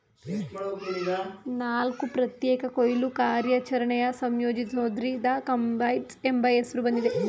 ನಾಲ್ಕು ಪ್ರತ್ಯೇಕ ಕೊಯ್ಲು ಕಾರ್ಯಾಚರಣೆನ ಸಂಯೋಜಿಸೋದ್ರಿಂದ ಕಂಬೈನ್ಡ್ ಎಂಬ ಹೆಸ್ರು ಬಂದಿದೆ